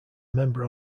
member